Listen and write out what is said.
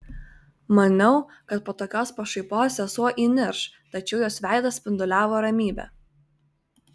maniau kad po tokios pašaipos sesuo įnirš tačiau jos veidas spinduliavo ramybe